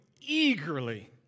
eagerly